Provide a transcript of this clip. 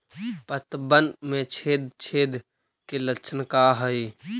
पतबन में छेद छेद के लक्षण का हइ?